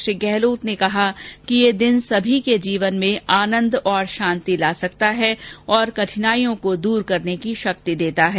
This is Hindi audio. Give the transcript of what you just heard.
श्री गहलोत ने कहा कि यह दिन सभी के जीवन में आनंद और शांति ला सकता है और कठिनाइयों को दूर करने की शक्ति देता है